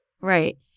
Right